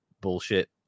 bullshit